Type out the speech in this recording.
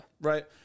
Right